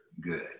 good